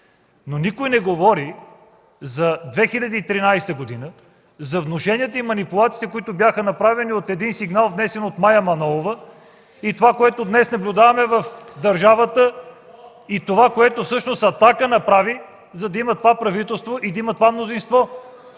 Но никой не говори за 2013 г., за внушенията и манипулациите, които бяха направени от един сигнал, внесен от Мая Манолова (шум и реплики от КБ), и това, което днес наблюдаваме в държавата и което всъщност „Атака” направи, за да има това правителство и това мнозинство.